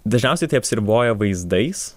dažniausiai tai apsiriboja vaizdais